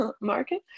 market